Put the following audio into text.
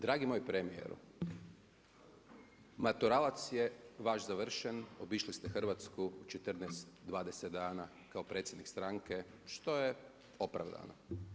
Dragi moj premijeru, maturalac je vaš završen, obišli ste Hrvatsku u 14, 20 dana kao predsjednik stranke, što je opravdano.